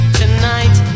tonight